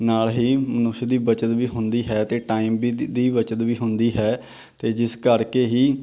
ਨਾਲ ਹੀ ਮਨੁਸ਼ ਦੀ ਬੱਚਤ ਵੀ ਹੁੰਦੀ ਹੈ ਅਤੇ ਟਾਈਮ ਵੀ ਦੀ ਬੱਚਤ ਵੀ ਹੁੰਦੀ ਹੈ ਅਤੇ ਜਿਸ ਕਰਕੇ ਹੀ